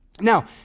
Now